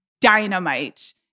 dynamite